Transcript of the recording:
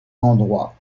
endroits